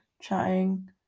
chatting